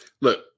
look